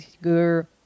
girl